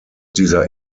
dieser